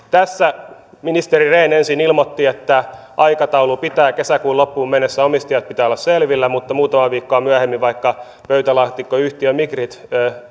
tässä ministeri rehn ensin ilmoitti että aikataulu pitää kesäkuun loppuun mennessä omistajien pitää olla selvillä mutta muutamaa viikkoa myöhemmin vaikka pöytälaatikkoyhtiö migrid